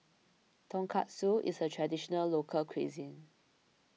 Tonkatsu is a Traditional Local Cuisine